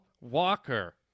Walker